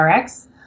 Rx